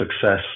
success